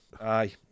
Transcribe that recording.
aye